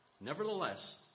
Nevertheless